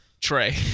Trey